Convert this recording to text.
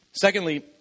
Secondly